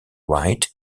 white